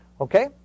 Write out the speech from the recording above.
Okay